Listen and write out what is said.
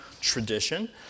tradition